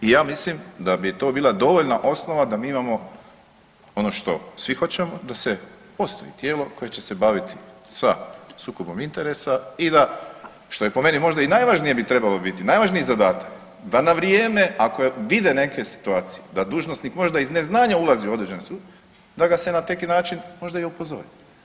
I ja mislim da bi to bila dovoljna osnova da mi imamo ono što svi hoćemo, da postoji tijelo koje će se baviti sa sukobom interesa i da što je po meni možda i najvažnije bi trebalo biti, najvažniji zadatak da na vrijeme ako vide neke situacije da možda dužnosnik možda iz neznanja ulazi u određeni sukob da ga se na neki način možda i upozori.